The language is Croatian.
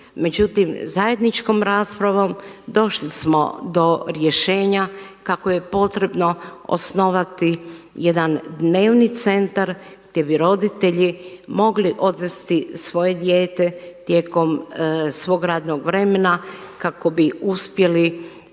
Međutim zajedničkom raspravom došli smo do rješenja kako je potrebno osnovati jedan dnevni centar gdje bi roditelj mogli odvesti svoje dijete tijekom svog radnog vremena kako bi uspjeli